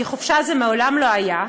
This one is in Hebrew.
כי חופשה זה מעולם לא היה,